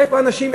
איפה האנשים?